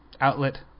outlet